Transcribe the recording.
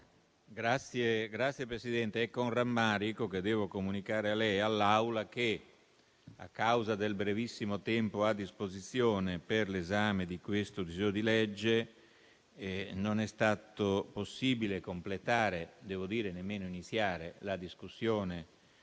Signor Presidente, è con rammarico che devo comunicare a lei e all'Assemblea che, a causa del brevissimo tempo a disposizione per l'esame di questo disegno di legge, non è stato possibile completare - devo dire nemmeno iniziare - la discussione